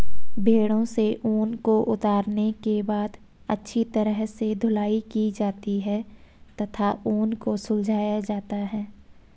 भेड़ों से ऊन को उतारने के बाद अच्छी तरह से धुलाई की जाती है तथा ऊन को सुलझाया जाता है